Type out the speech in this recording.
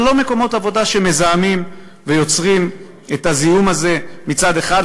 אבל לא מקומות עבודה שמזהמים ויוצרים את הזיהום הזה מצד אחד,